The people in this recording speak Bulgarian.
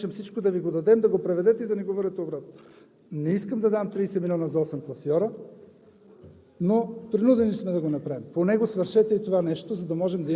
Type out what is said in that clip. взели сме Ви като изпълнител, искаме да работим съвместно. Не ни карайте ние да напишем всичко, да Ви го дадем, да го преведете и да ни го върнете обратно. Не искам да давам 30 милиона за 8 класьора,